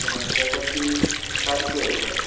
अच्छा शरबत की पचास रुपये है सर